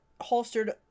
holstered